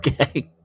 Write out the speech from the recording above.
Okay